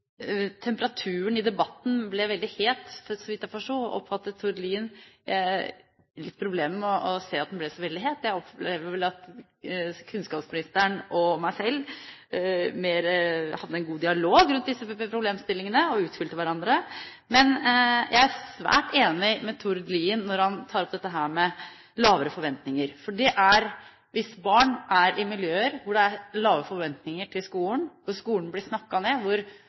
Temperaturen i debatten ble veldig het, så vidt jeg oppfattet Tord Lien. Jeg har litt problemer med å se at den ble så veldig het. Jeg opplever vel at kunnskapsministeren og jeg selv mer hadde en god dialog rundt disse problemstillingene og utfylte hverandre. Men jeg er svært enig med Tord Lien når han tar opp det med lave forventninger. For hvis barn er i miljøer hvor det er lave forventninger til skolen, hvor skolen blir snakket ned,